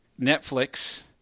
Netflix